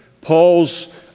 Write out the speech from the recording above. Paul's